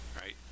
right